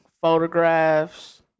photographs